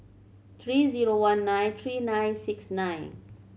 three zero one nine three nine six nine